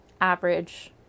average